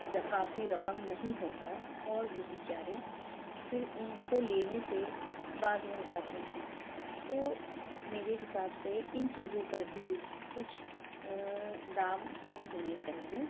کافی رقم نہیں ہوتا اور وہ بیچارے پھر ان کو لینے سے باز رہ جاتے ہیں تو میرے حساب سے ان چیزوں پر بھی کچھ دام کم ہونے چاہیے